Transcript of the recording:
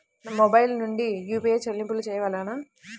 Mobile నుండే UPI చెల్లింపులు చేయవలెనా?